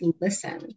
listen